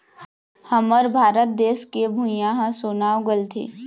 हमर भारत देस के भुंइयाँ ह सोना उगलथे